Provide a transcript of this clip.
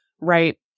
right